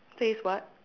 says what